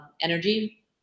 energy